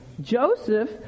Joseph